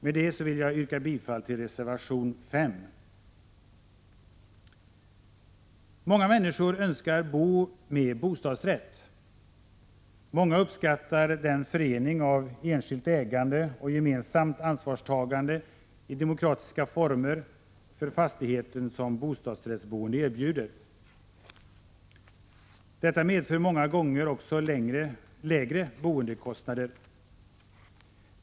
Med det vill jag yrka bifall till reservation 5. Många människor önskar bo med bostadsrätt. Många uppskattar den förening av enskilt ägande och gemensamt ansvarstagande i demokratiska former för fastigheten som bostadsrättsboendet erbjuder. Detta medför många gånger också lägre boendekostnader.